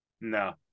no